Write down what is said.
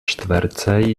čtverce